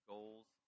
Goals